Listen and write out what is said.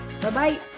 Bye-bye